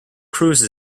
cruise